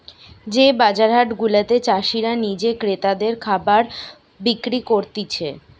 যে বাজার হাট গুলাতে চাষীরা নিজে ক্রেতাদের খাবার বিক্রি করতিছে